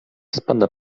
spada